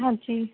ਹਾਂਜੀ